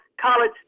college